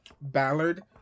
ballard